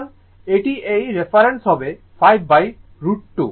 সুতরাং এটি এই রেফারেন্স হবে 5√ 2